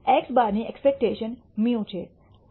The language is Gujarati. x̅ ની એક્સપેક્ટશન μ છે